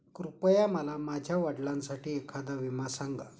कृपया मला माझ्या वडिलांसाठी एखादा विमा सांगा